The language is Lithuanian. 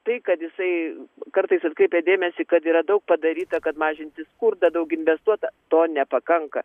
tai kad jisai kartais atkreipia dėmesį kad yra daug padaryta kad mažinti skurdą daug investuota to nepakanka